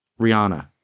Rihanna